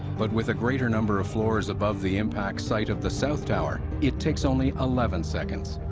but with a greater number of floors above the impact site of the south tower, it takes only eleven seconds.